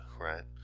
right